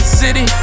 city